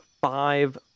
five